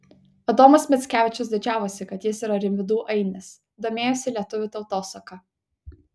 adomas mickevičius didžiavosi kad jis yra rimvydų ainis domėjosi lietuvių tautosaka